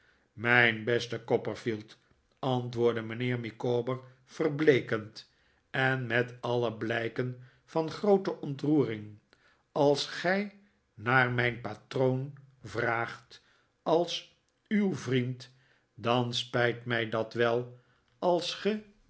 mijn beste copperfield antwoordde mijnheer micawber verbleekend en met alle blijken van groote ontroering als gij naar mijn patroori vraagt als u w vriend dan spijt mij dat wel als ge